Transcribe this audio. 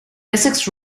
essex